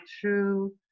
true